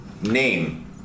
name